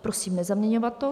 Prosím, nezaměňovat to.